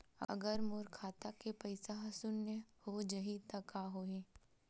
अगर मोर खाता के पईसा ह शून्य हो जाही त का होही?